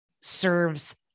serves